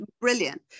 brilliant